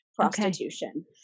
prostitution